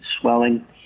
swelling